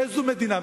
איזו מדינה?